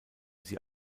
sie